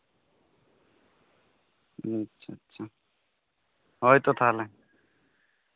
ᱦᱩ ᱟᱪᱪᱷᱟ ᱪᱷᱟ ᱦᱳᱭ ᱛᱚ ᱛᱟᱦᱞᱮ